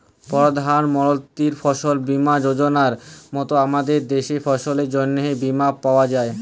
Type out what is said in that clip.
পরধাল মলতির ফসল বীমা যজলার মত আমাদের দ্যাশে ফসলের জ্যনহে বীমা পাউয়া যায়